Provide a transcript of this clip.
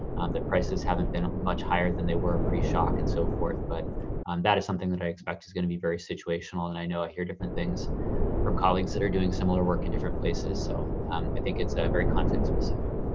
the prices haven't been much higher than they were pre-shock and so forth, but um that is something that i expect is going to be very situational. and i know, i ah hear different things from colleagues that are doing similar work in different places. so i think it's a very context specific.